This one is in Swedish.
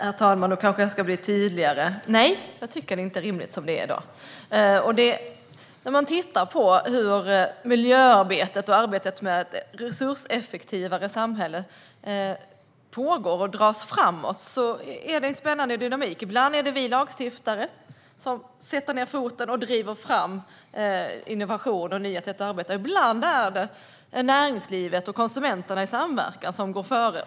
Herr talman! Jag kanske ska bli tydligare. Nej, jag tycker inte att det är rimligt som det är i dag. När man tittar på hur miljöarbetet och arbetet för ett resurseffektivare samhälle pågår och dras framåt ser man en spännande dynamik. Ibland är det vi lagstiftare som sätter ned foten och driver fram innovation och nyheter i ett arbete. Ibland är det näringslivet och konsumenterna i samverkan som går före.